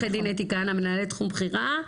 מנהלת תחום בכירה,